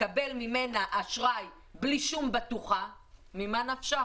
לקבל ממנה אשראי בלי שום בטוחה, ממה נפשך?